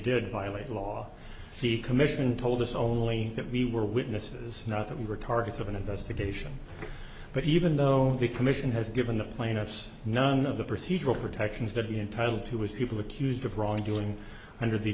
did violate the law the commission told us only that we were witnesses not that we were targets of an investigation but even though the commission has given the plaintiffs none of the procedural protections to be entitled to his people accused of wrongdoing under the